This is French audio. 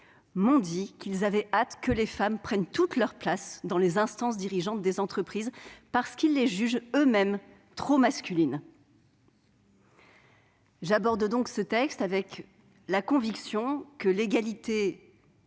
m'ont dit qu'ils avaient hâte que les femmes prennent toute leur place dans les instances dirigeantes des entreprises, qu'ils jugent eux-mêmes trop masculines. J'aborde donc ce texte avec la conviction que l'égalité